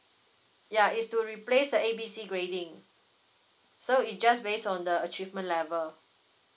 ya it's to replace the A B C grading so it just based on the achievement level